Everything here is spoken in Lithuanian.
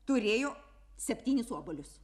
turėjo septynis obuolius